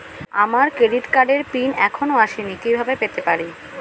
আমার ক্রেডিট কার্ডের পিন এখনো আসেনি কিভাবে পেতে পারি?